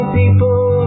people